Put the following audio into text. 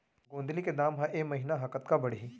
गोंदली के दाम ह ऐ महीना ह कतका बढ़ही?